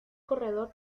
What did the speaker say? corredor